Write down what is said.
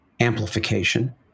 amplification